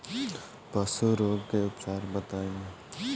पशु रोग के उपचार बताई?